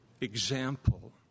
example